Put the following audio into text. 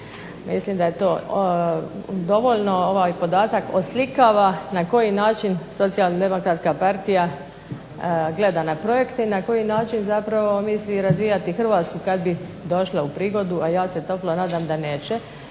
Mislim da je to dovoljno ovaj podatak oslikava na koji način Socijaldemokratska partija gleda na projekte i na koji način zapravo misli razvijati Hrvatsku kad bi došla u prigodu, a ja se toplo nadam da neće,